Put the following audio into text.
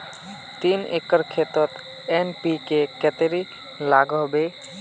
तीन एकर खेतोत एन.पी.के कतेरी लागोहो होबे?